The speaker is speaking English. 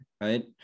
right